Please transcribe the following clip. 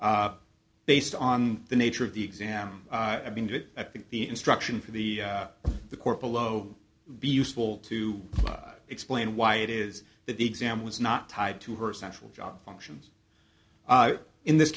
based on the nature of the exam i mean did i think the instruction for the the court below be useful to explain why it is that the exam was not tied to her central job functions in this